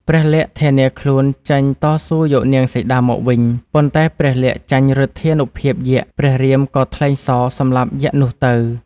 ព្រះលក្សណ៍ធានាខ្លួនចេញតស៊ូយកនាងសីតាមកវិញ ប៉ុន្តែព្រះលក្សណ៍ចាញ់ឫទ្ធានុភាយក្ស ព្រះរាមក៏ថ្លែងស សម្លាប់យក្សនោះទៅ។